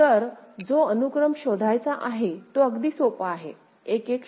तर जो अनुक्रम शोधायचा आहे तो अगदी सोपा आहे 1 1 0